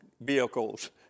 vehicles